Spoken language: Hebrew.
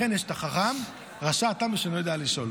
לכן יש את החכם, רשע, תם ושאינו יודע לשאול.